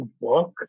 work